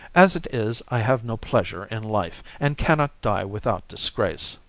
as it is, i have no pleasure in life, and cannot die without disgrace.